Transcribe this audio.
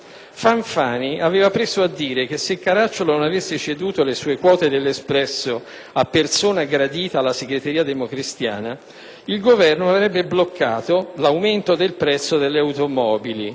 Fanfani aveva preso a dire che se Caracciolo non avesse ceduto le sue quote dell'Espresso a persona gradita alla segreteria democristiana, il governo avrebbe bloccato l'aumento del prezzo delle automobili».